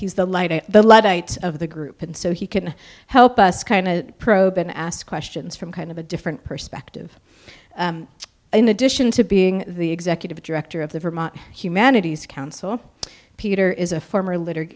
was the light of the luddite of the group and so he can help us kind of probe and ask questions from kind of a different perspective in addition to being the executive director of the vermont humanities council peter is a former litter